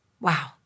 Wow